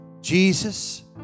Jesus